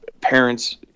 parents